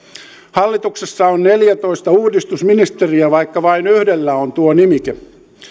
hallituksessa on neljätoista uudistusministeriä vaikka vain yhdellä on tuo nimike